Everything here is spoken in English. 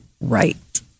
right